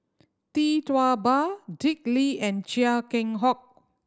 Tee Tua Ba Dick Lee and Chia Keng Hock